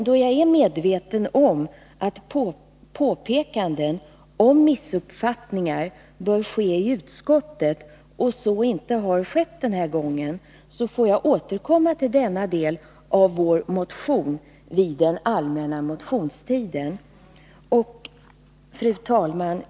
Då jag är medveten om att påpekanden om missuppfattningar bör ske i utskottet och inte skett den här gången, får jag återkomma till denna del av vår motion under den allmänna motionstiden. Fru talman!